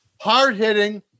Hard-hitting